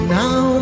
now